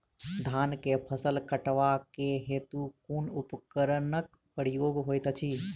धान केँ फसल कटवा केँ हेतु कुन उपकरणक प्रयोग होइत अछि?